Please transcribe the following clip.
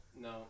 No